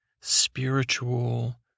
spiritual